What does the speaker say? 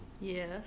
yes